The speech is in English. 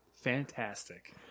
fantastic